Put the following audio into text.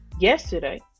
yesterday